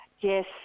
Yes